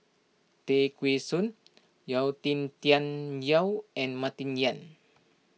Tay Kheng Soon Yau Tian Yau and Martin Yan